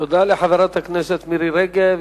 תודה לחברת הכנסת מירי רגב.